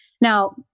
Now